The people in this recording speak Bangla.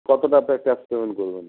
কত টাকা ক্যাশ পেমেন্ট করবেন